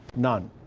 none.